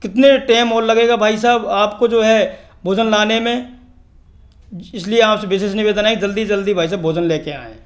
कितने टेम और लगेगा भाई साहब आपको जो है भोजन लाने में इसलिए आपसे विशेष निवेदन है जल्दी से जल्दी भाई साहब भोजन लेकर आएँ